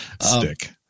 stick